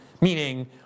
meaning